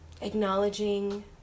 acknowledging